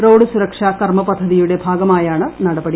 road സുരക്ഷ കർമ്മ പദ്ധതിയുടെ ഭാഗമായാണ് നടപടി